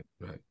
Right